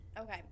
Okay